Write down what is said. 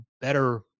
better